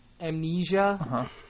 Amnesia